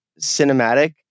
cinematic